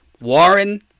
Warren